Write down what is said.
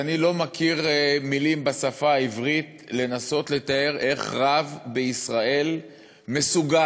ואני לא מכיר מילים בשפה העברית כדי לנסות לתאר איך רב בישראל מסוגל